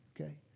Okay